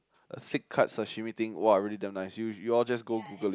a thick cut sashimi thing !wah! really damn nice you you all just go google it